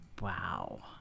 Wow